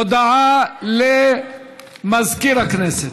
הודעה לסגן מזכירת הכנסת.